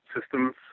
systems